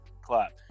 clap